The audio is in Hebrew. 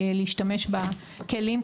להשתמש בכלים,